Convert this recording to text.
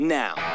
now